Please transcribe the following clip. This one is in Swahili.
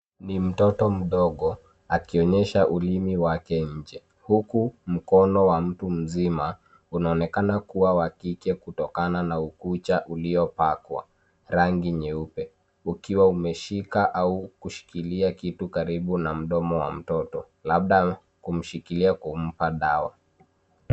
Ni mtoto mdogo akionyesha ulimi wake nje huku mkono wa mtu mzima unaonekana kuwa wa kike, kutokana na kucha uliopakwa rangi nyeupe, ukiwa umeshika au kushikilia kitu karibu na mdomo wa mtoto, labda kumshikilia kumpa dawa.